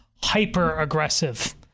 hyper-aggressive